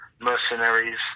mercenaries